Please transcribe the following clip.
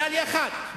עלה לאחד.